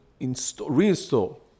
reinstall